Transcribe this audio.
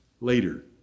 later